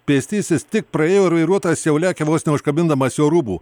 pėstysis tik praėjo ir vairuotojas jau lekia vos neužkabindamas jo rūbų